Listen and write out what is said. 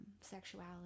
sexuality